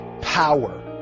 power